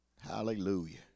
Hallelujah